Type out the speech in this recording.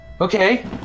Okay